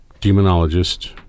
demonologist